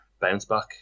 bounce-back